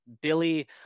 Billy